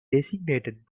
designated